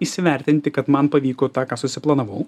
įsivertinti kad man pavyko tą ką susiplanavau